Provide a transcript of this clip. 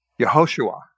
Yehoshua